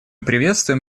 приветствуем